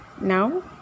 Now